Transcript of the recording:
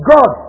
God